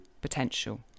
potential